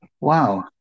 Wow